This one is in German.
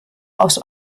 aus